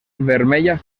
vermella